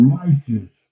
righteous